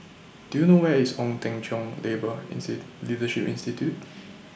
Do YOU know Where IS Ong Teng Cheong Labour inside Leadership Institute